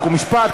חוק ומשפט,